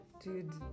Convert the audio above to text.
Dude